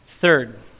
Third